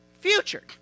future